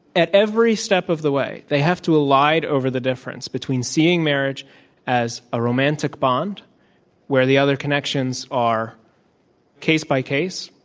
at every step of the way, they have to allide over the difference between seeing marriage as a romantic bond where the other connections are by case by case,